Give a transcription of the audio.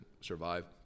survive